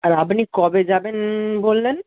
আর আপনি কবে যাবেন বললেন